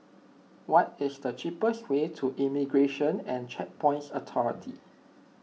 what is the cheapest way to Immigration and Checkpoints Authority